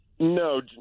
No